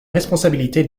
responsabilité